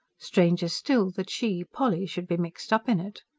stranger still that she, polly, should be mixed up in it.